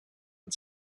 and